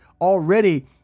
already